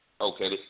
okay